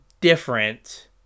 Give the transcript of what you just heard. different